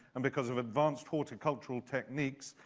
and because of advanced horticultural techniques,